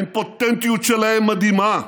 האימפוטנטיות שלהם מדהימה.